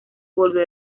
volvió